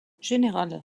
générale